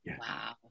Wow